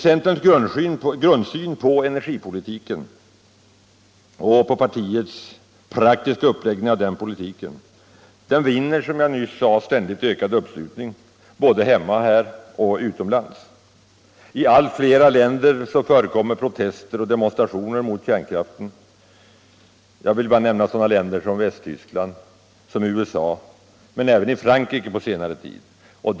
Centerns grundsyn på energipolitiken och partiets praktiska uppläggning av denna vinner, som jag nyss sade, ständigt ökad uppslutning både här hemma och utomlands. I allt flera länder förekommer protester och demonstrationer mot kärnkraften. Jag vill bara nämna länder som Västtyskland och USA och även — på senare tid — Frankrike.